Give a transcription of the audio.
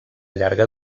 llarga